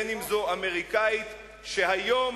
אם אמריקנית,